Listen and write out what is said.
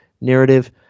narrative